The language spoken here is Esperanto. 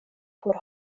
por